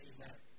Amen